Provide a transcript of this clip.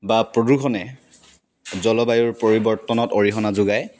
বা প্ৰদূষণে জলবায়ুৰ পৰিৱৰ্তনত অৰিহণা যোগায়